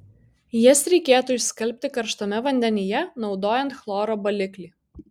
jas reikėtų išskalbti karštame vandenyje naudojant chloro baliklį